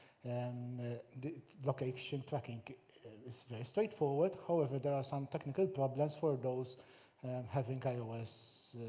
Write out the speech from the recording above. and the location tracking is very straightforward. however, there are some technical problems for those having ios